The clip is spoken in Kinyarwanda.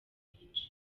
benshi